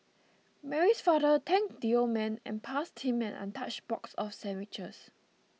Mary's father thanked the old man and passed him an untouched box of sandwiches